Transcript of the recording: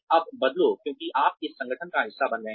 अब बदलो क्योंकि आप इस संगठन का हिस्सा बन गए हैं